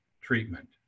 treatment